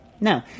No